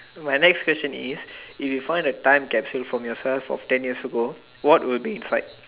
my next question is if you find a time capsule of yourself of ten years ago what will be inside